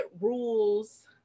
rules